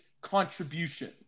contribution